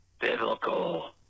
biblical